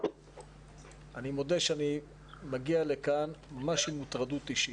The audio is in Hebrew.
אני מודה שאני מגיע לכאן מוטרד אישית.